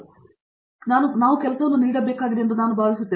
ಆದರೆ ನಾವು ಕೆಲಸವನ್ನು ನೀಡಬೇಕಾಗಿದೆ ಎಂದು ನಾನು ಭಾವಿಸುತ್ತೇನೆ